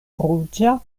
ruĝa